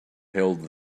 held